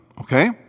okay